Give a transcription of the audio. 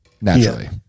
Naturally